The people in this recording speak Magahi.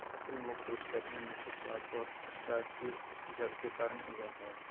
फसल मुख्य रूप से अपने मीठे स्वाद और स्टार्चयुक्त जड़ के कारन उगैय हइ